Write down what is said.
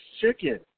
chicken